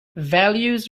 values